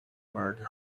large